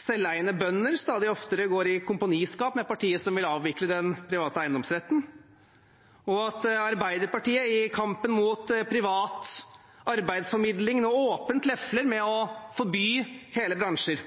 selveiende bønder stadig oftere går i kompaniskap med partiet som vil avvikle den private eiendomsretten, og at Arbeiderpartiet i kampen mot privat arbeidsformidling nå åpent lefler med tanken på å forby hele bransjer.